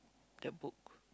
the book